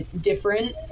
different